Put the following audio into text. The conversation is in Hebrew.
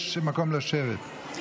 יש מקום לשבת.